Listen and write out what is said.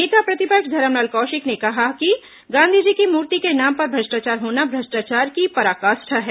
नेता धरमलाल कौशिक ने कहा कि गांधी जी की मूर्ति के नाम पर भ्रष्टाचार होना भ्रष्टाचार की प्रतिपक्ष पराकाष्ठा है